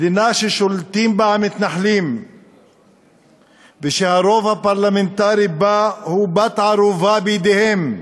מדינה ששולטים בה המתנחלים ושהרוב הפרלמנטרי בה הוא בן ערובה בידיהם,